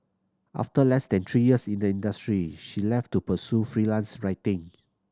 after less than three years in the industry she left to pursue freelance writing